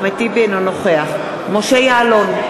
אינו נוכח משה יעלון,